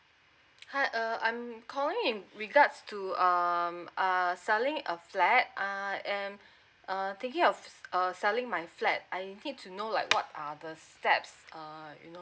hi uh I'm calling in regards to um err selling a flat ah am err thinking of uh selling my flat I need to know like what are the steps uh you know